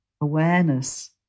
awareness